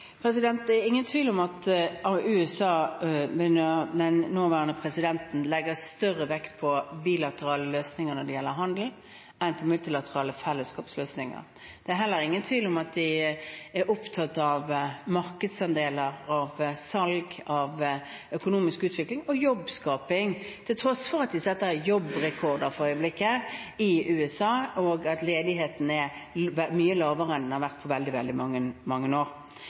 Det er ingen tvil om at USA under den nåværende presidenten legger større vekt på bilaterale løsninger når det gjelder handel, enn på multilaterale fellesskapsløsninger. Det er heller ingen tvil om at de er opptatt av markedsandeler av salg, av økonomisk utvikling og av jobbskaping, til tross for at de for øyeblikket setter jobbrekorder i USA, og ledigheten er mye lavere enn den har vært på veldig, veldig mange år.